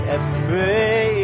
Embrace